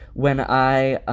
when i